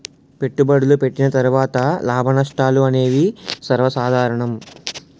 పెట్టుబడులు పెట్టిన తర్వాత లాభనష్టాలు అనేవి సర్వసాధారణం